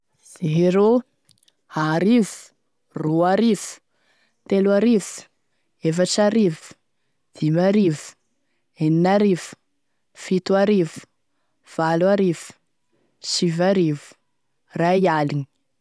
Zéro, arivo, roarivo, telo arivo, efatrarivo, dimy arivo, enina arivo, fito arivo, valo arivo, sivy arivo, ray aligny.